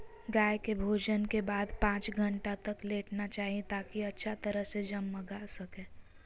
गाय के भोजन के बाद पांच घंटा तक लेटना चाहि, ताकि अच्छा तरह से जगमगा सकै